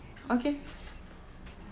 okay